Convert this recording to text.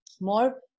more